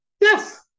Yes